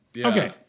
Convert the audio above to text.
Okay